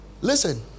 Listen